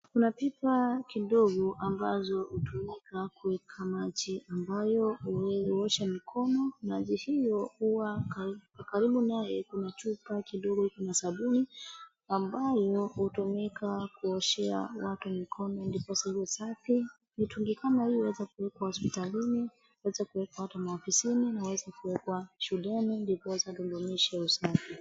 Kuna pipa kidogo ambazo hutumika kuweka maji ambayo huoshwa mikono na maji hiyo huwa karibu naye kuna chupa kidogo iko na sabuni ambayo hutumika kuoshea watu mikono ndipo ziwe safi. Vitu kama hii huweza kuwekwa hospitalini, huweza kuwekwa hata maofisini na huweza kuwekwa shuleni ndiposa tudumishe usafi.